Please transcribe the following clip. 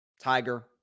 Tiger